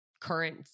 current